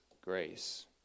grace